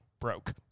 broke